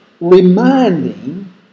reminding